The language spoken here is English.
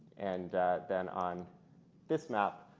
and then on this map,